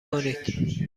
کنید